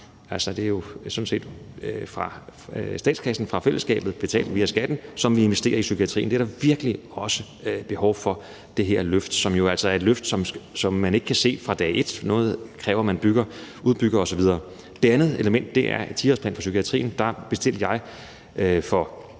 Det er jo sådan set midler fra statskassen, fra fællesskabet betalt via skatten, som vi investerer i psykiatrien. Der er virkelig også behov for det her løft, som jo altså er et løft, som man ikke kan se fra dag et, for noget kræver, at man udbygger osv. Det andet element er en 10-årsplan for psykiatrien. Der bestilte jeg for